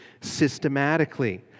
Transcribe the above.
systematically